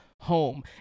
Home